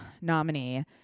nominee